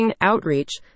outreach